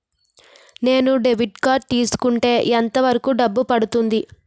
నేను debit card తీసుకుంటే ఎంత వరకు డబ్బు పడుతుంది?